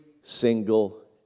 single